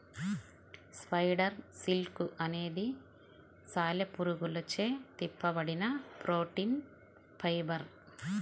spider silk అనేది సాలెపురుగులచే తిప్పబడిన ప్రోటీన్ ఫైబర్